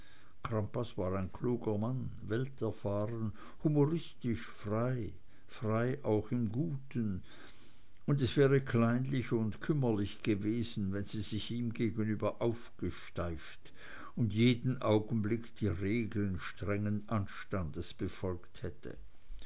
crampas war ein kluger mann welterfahren humoristisch frei frei auch im guten und es wäre kleinlich und kümmerlich gewesen wenn sie sich ihm gegenüber aufgesteift und jeden augenblick die regeln strengen anstandes befolgt hätte